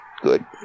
good